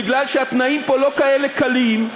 מפני שהתנאים פה לא כאלה קלים,